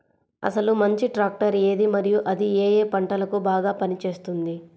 అసలు మంచి ట్రాక్టర్ ఏది మరియు అది ఏ ఏ పంటలకు బాగా పని చేస్తుంది?